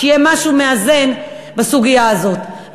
כדי שיהיה משהו מאזן בסוגיה הזאת.